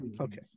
Okay